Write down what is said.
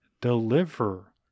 deliver